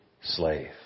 slave